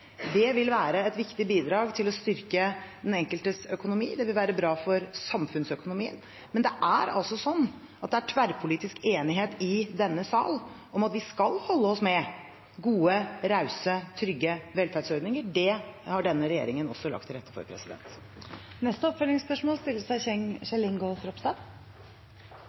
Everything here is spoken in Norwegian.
Det vil være et viktig bidrag til å styrke den enkeltes økonomi, det vil være bra for samfunnsøkonomien. Men det er tverrpolitisk enighet i denne sal om at vi skal holde oss med gode, rause, trygge velferdsordninger. Det har denne regjeringen også lagt til rette for. Kjell Ingolf Ropstad – til oppfølgingsspørsmål.